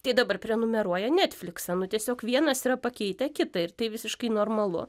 tai dabar prenumeruoja netfliksą nu tiesiog vienas yra pakeitę kitą ir tai visiškai normalu